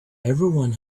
everyone